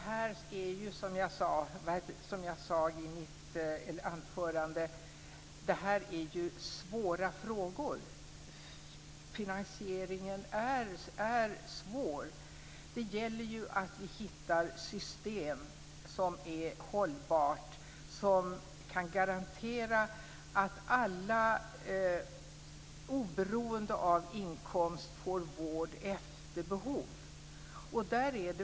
Herr talman! Som jag sade i mitt anförande är det här svåra frågor. Finansieringen är svår. Det gäller ju att vi hittar ett system som är hållbart och som kan garantera att alla, oberoende av inkomst, får vård efter behov.